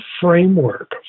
framework